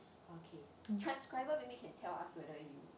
okay transcriber maybe can tell us whether you